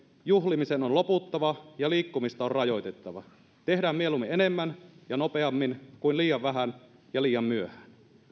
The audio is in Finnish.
juhlimisen on loputtava ja liikkumista on rajoitettava että tehdään mieluummin enemmän ja nopeammin kuin liian vähän ja liian myöhään